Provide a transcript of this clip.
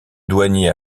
douanier